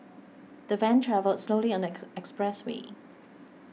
the van travelled slowly on the expressway